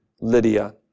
Lydia